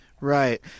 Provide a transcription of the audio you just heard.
Right